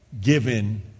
given